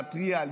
להתריע,